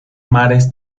mares